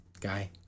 guy